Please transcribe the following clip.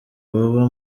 baba